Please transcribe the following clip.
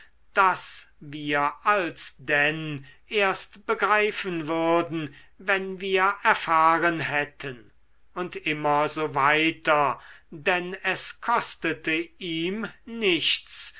das wir alsdenn erst begreifen würden wenn wir erfahren hätten und immer so weiter denn es kostete ihm nichts